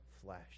flesh